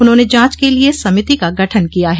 उन्होंने जांच के लिए समिति का गठन किया है